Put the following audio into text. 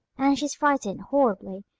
and she's frightened, horribly.